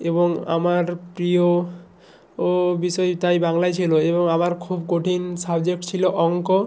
এবং আমার প্রিয় ও বিষয় তাই বাংলাই ছিলো এবং আমার খুব কঠিন সাবজেক্ট ছিলো অঙ্ক